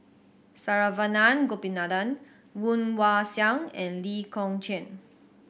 Saravanan Gopinathan Woon Wah Siang and Lee Kong Chian